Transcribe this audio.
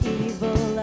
evil